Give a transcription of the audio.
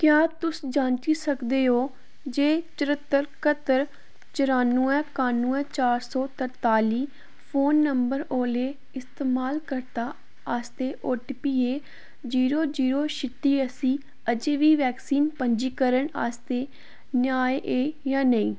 क्या तुस जांची सकदे ओ जे चरह्त्तर क्ह्त्तर चराुनऐ कानुऐ चार सौ तरताली फोन नंबर ओह्ले इस्तमाल कर्ता आस्तै ओ टी पी ऐ जीरो जीरो छित्ती अस्सी अजें बी वैक्सीन पंजीकरण आस्तै न्याय ऐ जां नेईं